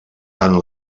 tant